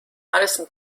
harrison